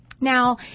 Now